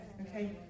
okay